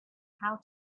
how